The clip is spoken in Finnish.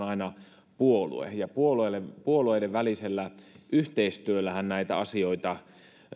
aina puolue ja puolueiden puolueiden välisellä yhteistyöllähän näitä asioita